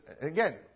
again